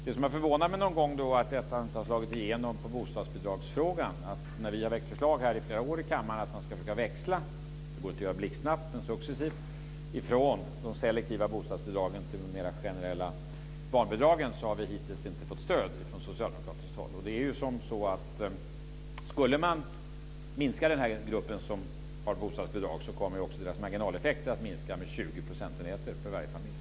Det som har förvånat mig någon gång är att detta inte har slagit igenom i fråga om bostadsbidragen. Vi har väckt förslag flera år här i kammaren om att man ska försöka växla - det går inte att göra blixtsnabbt men man kan göra det successivt - från de selektiva bostadsbidragen till de mer generella barnbidragen. Där har vi hittills inte fått stöd från socialdemokratiskt håll. Skulle man minska den grupp som får bostadsbidrag kommer också deras marginaleffekter att minska med 20 % för varje familj.